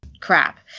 crap